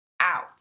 out